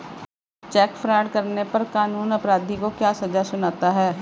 Check fraud करने पर कानून अपराधी को क्या सजा सुनाता है?